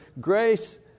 grace